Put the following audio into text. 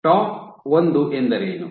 tau ಒಂದು ಎಂದರೇನು